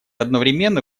одновременно